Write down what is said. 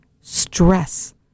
stress